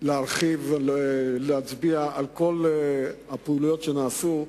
להרחיב ולהצביע על כל הפעילויות שנעשו,